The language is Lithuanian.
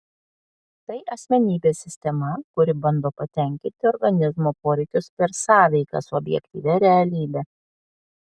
tai asmenybės sistema kuri bando patenkinti organizmo poreikius per sąveiką su objektyvia realybe